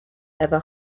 ever